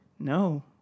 No